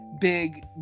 big